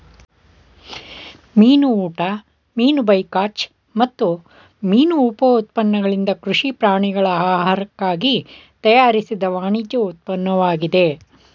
ಮೀನು ಊಟ ಮೀನು ಬೈಕಾಚ್ ಮತ್ತು ಮೀನು ಉಪ ಉತ್ಪನ್ನಗಳಿಂದ ಕೃಷಿ ಪ್ರಾಣಿಗಳ ಆಹಾರಕ್ಕಾಗಿ ತಯಾರಿಸಿದ ವಾಣಿಜ್ಯ ಉತ್ಪನ್ನವಾಗಿದೆ